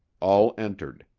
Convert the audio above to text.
all entered.